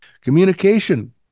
communication